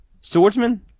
swordsman